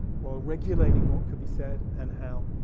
while regulating what could be said, and how,